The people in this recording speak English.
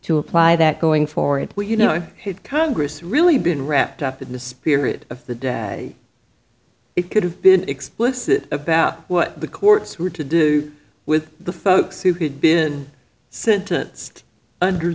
to apply that going forward you know congress really been wrapped up in the spirit of the day it could have been explicit about what the courts were to do with the folks who could be sent under